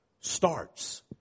starts